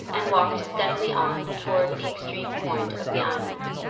and walked steadily on towards the extreme point of the island.